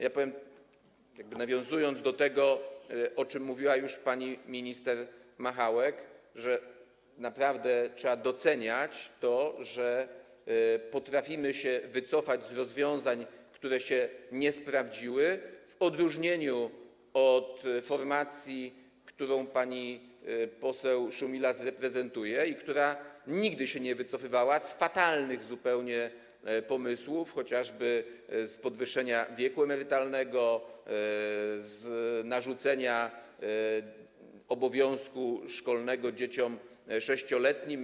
Ja powiem, nawiązując do tego, o czym mówiła już pani minister Machałek, że naprawdę trzeba doceniać to, że potrafimy się wycofać z rozwiązań, które się nie sprawdziły, w odróżnieniu od formacji, którą pani poseł Szumilas reprezentuje i która nigdy się nie wycofywała z zupełnie fatalnych pomysłów, chociażby z podwyższenia wieku emerytalnego, z narzucenia obowiązku szkolnego 6-letnim dzieciom.